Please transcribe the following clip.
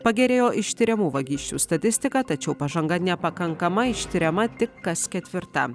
pagerėjo ištiriamų vagysčių statistika tačiau pažanga nepakankama ištiriama tik kas ketvirta